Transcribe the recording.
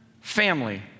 family